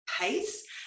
pace